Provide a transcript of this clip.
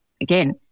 again